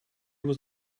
was